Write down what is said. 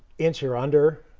inch or under.